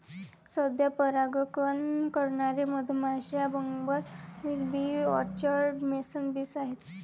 सध्या परागकण करणारे मधमाश्या, bumble bee, orchard mason bees आहेत